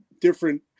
different